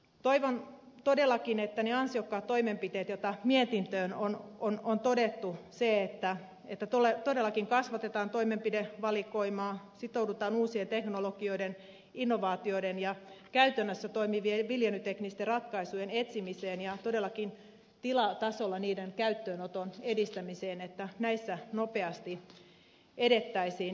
toivon todellakin että niissä ansiokkaissa toimenpiteissä joita mietinnössä on todettu että todellakin kasvatetaan toimenpidevalikoimaa sitoudutaan uusien teknologioiden innovaatioiden ja käytännössä toimivien viljelyteknisten ratkaisujen etsimiseen ja todellakin tilatasolla niiden käyttöönoton edistämiseen nopeasti edettäisiin